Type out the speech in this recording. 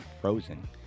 frozen